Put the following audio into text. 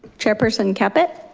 chairperson caput.